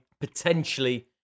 Potentially